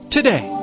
Today